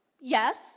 yes